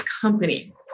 company